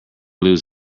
lose